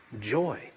joy